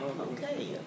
Okay